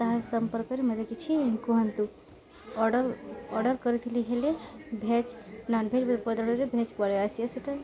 ତାହା ସମ୍ପର୍କରେ ମୋତେ କିଛି କୁହନ୍ତୁ ଅର୍ଡ଼ର ଅର୍ଡ଼ର କରିଥିଲି ହେଲେ ଭେଜ୍ ନନଭେଜ୍ ବଦଳରେ ଭେଜ୍ ପଳେଇ ଆସ ଆସିଛି ସେଇଟା